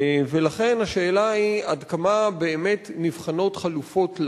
ולכן השאלה היא עד כמה באמת נבחנות חלופות לעומק,